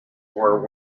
were